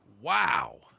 Wow